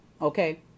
Okay